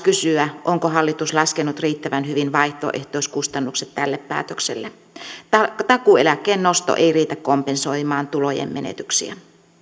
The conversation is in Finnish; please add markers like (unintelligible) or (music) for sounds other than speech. (unintelligible) kysyä onko hallitus laskenut riittävän hyvin vaihtoehtoiskustannukset tälle päätökselle takuueläkkeen nosto ei ei riitä kompensoimaan tulojen menetyksiä